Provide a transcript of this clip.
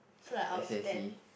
so like I would stand